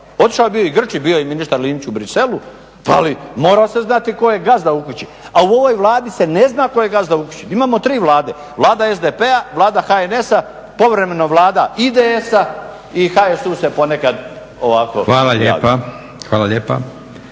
Otišao je bio i Grčić, bio je i ministar Linić u Bruxellesu, pa ali mora se znati tko je gazda u kući. A u ovoj Vladi se ne zna tko je gazda u kući. Imamo tri vlade, Vlada SDP-a, Vlada HNS-a, povremeno Vlada IDS-a i HSU se ponekad ovako javi.